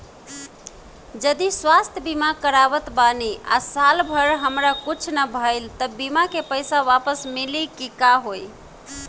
जदि स्वास्थ्य बीमा करावत बानी आ साल भर हमरा कुछ ना भइल त बीमा के पईसा वापस मिली की का होई?